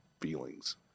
feelings